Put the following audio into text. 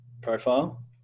profile